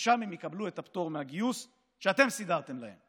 ששם הם יקבלו את הפטור מגיוס שאתם סידרתם להם.